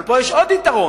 אבל פה יש עוד יתרון,